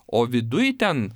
o viduj ten